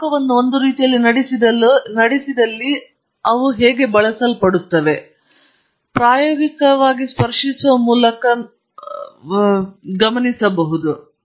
ಮತ್ತು ಶಾಖವನ್ನು ಒಂದು ರೀತಿಯಲ್ಲಿ ನಡೆಸಿದಲ್ಲಿ ಅವುಗಳು ಅನೇಕವೇಳೆ ಬಳಸಲ್ಪಡುತ್ತವೆ ಆದರೆ ಇತರ ಭಾಗದಿಂದ ನೀವು ಅದನ್ನು ಪ್ರಾಯೋಗಿಕವಾಗಿ ಸ್ಪರ್ಶಿಸುವ ಮೂಲಕ ಸ್ಪರ್ಶಿಸಬಹುದು